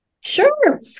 Sure